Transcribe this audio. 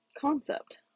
concept